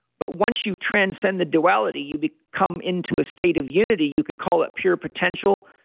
but once you transcend the duality, you become into a state of unity. you could call it pure potential.